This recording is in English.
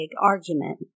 argument